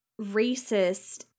racist